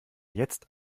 jetzt